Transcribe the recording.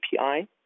API